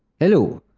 hello,